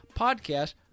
podcast